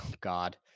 God